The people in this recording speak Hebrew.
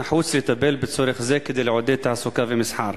נחוץ לטפל בצורך זה כדי לעודד תעסוקה ומסחר.